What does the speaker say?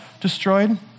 destroyed